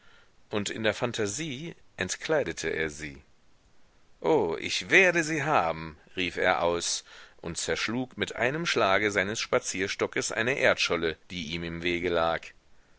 und in der phantasie entkleidete er sie oh ich werde sie haben rief er aus und zerschlug mit einem schlage seines spazierstockes eine erdscholle die im wege lag